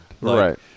Right